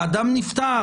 האדם נפטר,